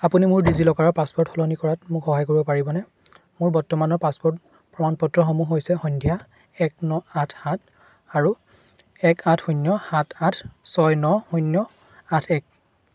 আপুনি মোৰ ডিজিলকাৰৰ পাছৱৰ্ড সলনি কৰাত মোক সহায় কৰিব পাৰিবনে মোৰ বৰ্তমানৰ একাউণ্টৰ প্ৰমাণ পত্ৰসমূহ হৈছে সন্ধ্যা এক ন আঠ সাত আৰু এক আঠ শূন্য সাত আঠ ছয় ন শূন্য আঠ এক